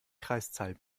kreiszahl